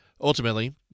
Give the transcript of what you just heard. Ultimately